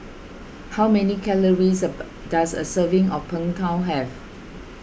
how many calories does a serving of Png Tao have